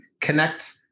connect